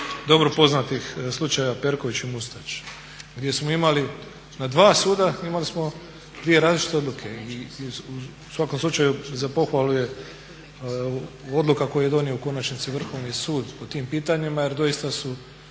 dobro poznatih slučajeva Perković i Mustač gdje smo imali na dva suda imali smo dvije različite odluke. I u svakom slučaju za pohvalu je odluka koju je donio u konačnici Vrhovni sud po tim pitanjima jer doista su